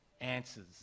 answers